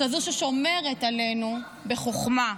כזו ששומרת עלינו בחוכמה,